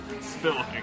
spilling